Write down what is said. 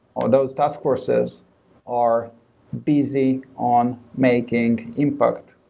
or those task forces are busy on making impact,